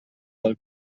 del